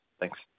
Thanks